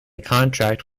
contract